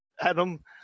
Adam